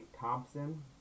Thompson